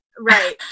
Right